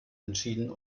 entschieden